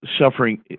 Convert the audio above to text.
suffering